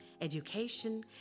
education